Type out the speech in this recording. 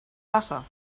wasser